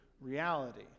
reality